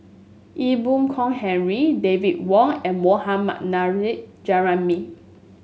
Ee Boon Kong Henry David Wong and Mohammad Nurrasyid Juraimi